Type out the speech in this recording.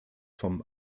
vom